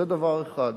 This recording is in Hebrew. זה דבר אחד.